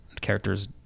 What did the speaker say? characters